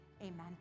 Amen